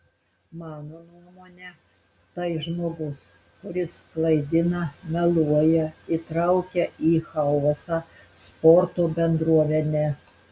mano nuomone tai žmogus kuris klaidina meluoja įtraukia į chaosą sporto bendruomenę